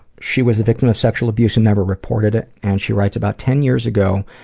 she was the victim of sexual abuse and never reported it and she writes, about ten years ago,